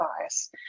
bias